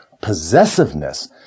possessiveness